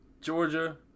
Georgia